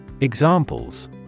Examples